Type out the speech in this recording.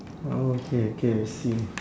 okay okay I see